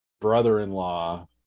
brother-in-law